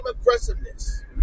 aggressiveness